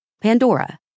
Pandora